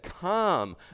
come